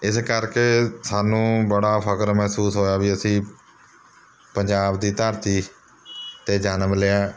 ਇਸ ਕਰਕੇ ਸਾਨੂੰ ਬੜਾ ਫ਼ਕਰ ਮਹਿਸੂਸ ਹੋਇਆ ਵੀ ਅਸੀਂ ਪੰਜਾਬ ਦੀ ਧਰਤੀ 'ਤੇ ਜਨਮ ਲਿਆ